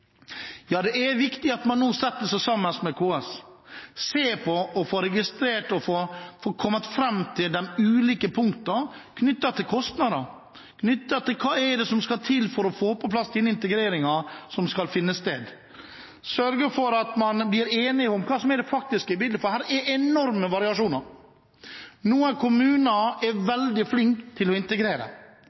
Det er viktig at man nå setter seg sammen med KS og ser på, får registrert og kommer fram til de ulike punktene som er knyttet til kostnader og hva som skal til for å få på plass den integreringen som skal finne sted. Man må sørge for at man blir enig om hva som er det faktiske bildet, for her er det enorme variasjoner. Noen kommuner er veldig flinke til å integrere